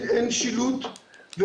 אין שילוט,